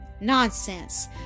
Nonsense